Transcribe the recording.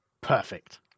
Perfect